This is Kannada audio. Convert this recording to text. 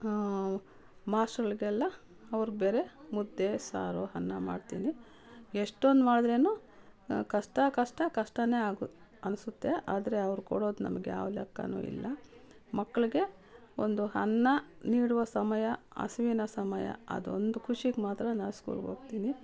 ಮಾಶ್ರಗಳಿಗೆಲ್ಲ ಅವ್ರಿಗೆ ಬೇರೆ ಮುದ್ದೆ ಸಾರು ಅನ್ನ ಮಾಡ್ತೀನಿ ಎಷ್ಟೊಂದು ಮಾಡಿದ್ರೇನು ಕಷ್ಟ ಕಷ್ಟ ಕಷ್ಟವೇ ಆಗೋದು ಅನಿಸುತ್ತೆ ಆದರೆ ಅವ್ರು ಕೊಡೋದು ನಮ್ಗೆ ಯಾವ ಲೆಕ್ಕವೂ ಇಲ್ಲ ಮಕ್ಳಿಗೆ ಒಂದು ಅನ್ನ ನೀಡುವ ಸಮಯ ಹಸುವಿನ ಸಮಯ ಅದೊಂದು ಖುಷಿಗೆ ಮಾತ್ರ ನಾನು ಸ್ಕೂಲ್ಗೆ ಹೋಗ್ತೀನಿ